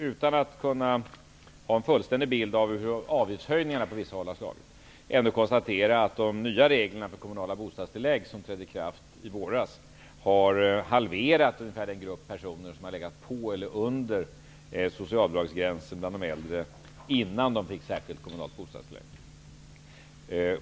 Utan att ha en fullständig bild av hur avgiftshöjningarna har slagit på vissa håll kan jag ändå konstatera att de nya regler för kommunala bostadstillägg som trädde i kraft i våras har halverat den grupp äldre som har legat på eller under socialbidragsgränsen innan de fått särskilt kommunalt bostadstillägg.